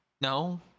No